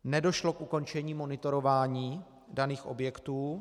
Nedošlo k ukončení monitorování daných objektů.